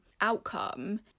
outcome